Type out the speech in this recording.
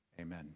Amen